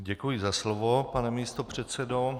Děkuji za slovo, pane místopředsedo.